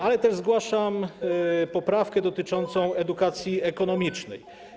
Ale też zgłaszam poprawkę dotycząca edukacji ekonomicznej.